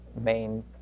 main